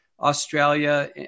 Australia